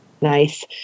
Nice